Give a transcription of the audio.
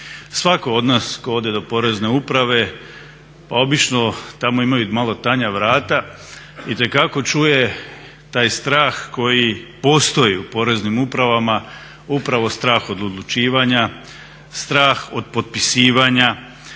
Svatko od nas tko ode do Porezne uprave obično tamo imaju malo tanja vrata itekako čuje taj strah koji postoji u poreznim upravama upravo strah od odlučivanja, od potpisivanja,